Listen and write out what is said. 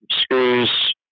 screws